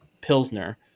Pilsner